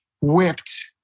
whipped